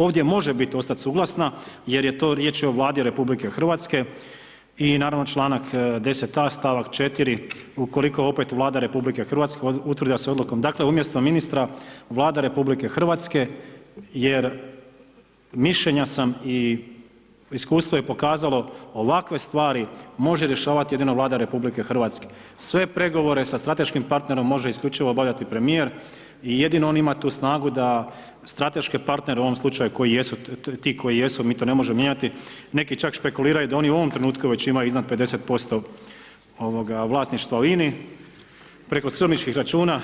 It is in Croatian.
Ovdje može bit ostat suglasna jer je to, riječ je o Vladi RH i naravno, čl. 10a. st. 4. ukoliko opet Vlada RH utvrdi da se odlukom, dakle, umjesto ministra, Vlada RH jer mišljenja sam i iskustvo je pokazalo ovakve stvari može rješavat jedino Vlada RH, sve pregovore sa strateškim partnerom može isključivo obavljati premijer i jedino on ima tu snagu da strateške partnere, u ovom slučaju koji jesu, ti koji jesu, mi to ne možemo mijenjati, neki čak špekuliraju da oni u ovom trenutku već imaju iznad 50% vlasništva u INA-i preko skrbništvih računa,